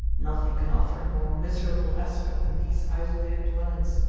nothing can offer a more miserable aspect than these isolated dwellings.